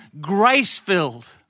grace-filled